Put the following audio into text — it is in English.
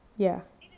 ya